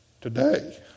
Today